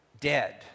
dead